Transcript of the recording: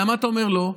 למה אתה אומר לא?